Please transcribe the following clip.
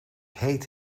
heet